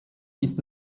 ist